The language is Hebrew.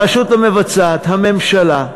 הרשות המבצעת, הממשלה,